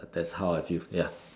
that's how I feel ya